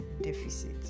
deficit